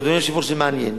אדוני היושב-ראש, זה מעניין,